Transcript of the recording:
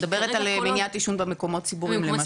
כרגע כל עוד --- אני מדברת על מניעת עישון במקומות ציבוריים למשל.